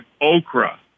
okra